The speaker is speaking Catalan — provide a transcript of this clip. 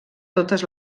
totes